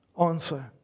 answer